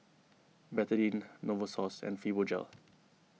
Betadine Novosource and Fibogel